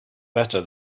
better